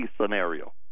scenario